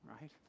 right